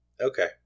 Okay